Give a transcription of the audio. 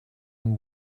and